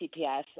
CPS